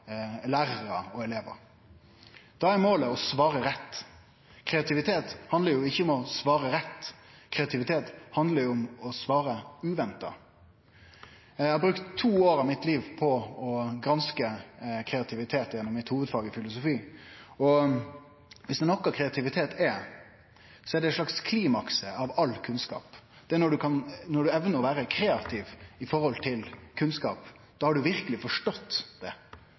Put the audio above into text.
lærarar og elevar. Da er målet å svare rett. Kreativitet handlar ikkje om å svare rett, kreativitet handlar om å svare uventa. Eg har brukt to år av livet mitt på å granske kreativitet gjennom mitt hovudfag i filosofi. Viss det er noko kreativitet er, så er det eit slags klimaks av all kunnskap. Det er når ein evnar å vere kreativ i forhold kunnskap. Da har ein verkeleg forstått det.